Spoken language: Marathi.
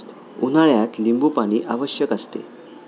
उन्हाळ्यात लिंबूपाणी आवश्यक असते